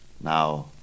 Now